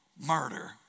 murder